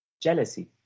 jealousy